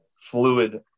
fluid